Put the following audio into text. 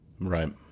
Right